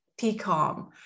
TCOM